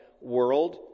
world